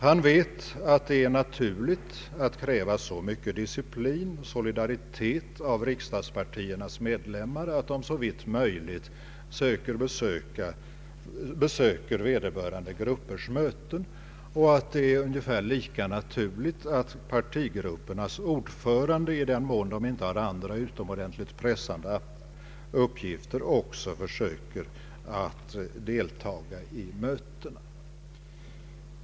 Han vet att det är naturligt att kräva så mycket disciplin och solidaritet av riksdagspartiernas medlemmar att de såvitt möjligt besöker vederbörande gruppers möten och att det är ungefär lika naturligt att partigruppernas ordförande i den mån de inte har andra utomordentligt pressande «uppgifter också försöker delta i mötena.